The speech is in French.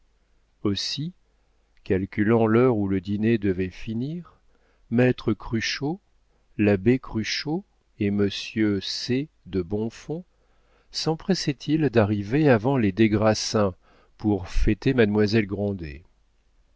aussi calculant l'heure où le dîner devait finir maître cruchot l'abbé cruchot et monsieur c de bonfons sempressaient ils d'arriver avant les des grassins pour fêter mademoiselle grandet